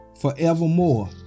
forevermore